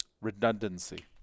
redundancy